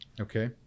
Okay